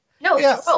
No